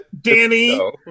Danny